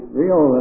real